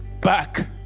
back